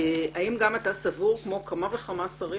האם גם אתה סבור כמו כמה וכמה שרים